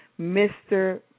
Mr